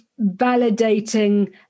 validating